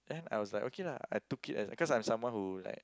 I was like okay lah I took as cause I am someone who like